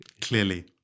clearly